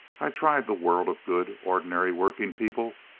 i tried the world of good, ordinary working people.